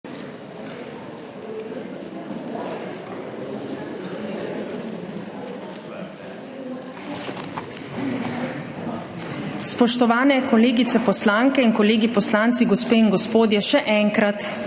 Spoštovani kolegice poslanke in kolegi poslanci, gospe in gospodje, še enkrat